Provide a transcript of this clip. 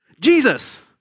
Jesus